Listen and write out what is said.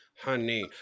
honey